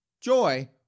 Joy